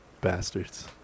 bastards